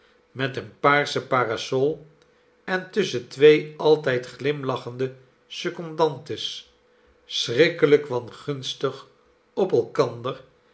met eene paarsche parasol en tusschen twee altijd glimlachende secondantes schrikkelijk wangunstig op elkander